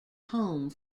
home